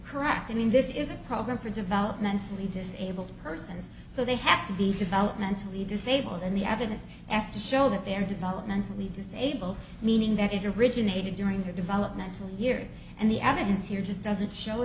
correct i mean this is a program for developmentally disabled persons so they have to be developmentally disabled and they haven't asked to show that they're developmentally disabled meaning that if you're originated during her developmental year and the evidence here just doesn't show